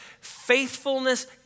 faithfulness